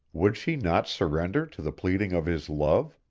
would she not surrender to the pleading of his love?